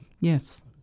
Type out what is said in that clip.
Yes